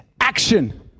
action